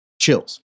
Chills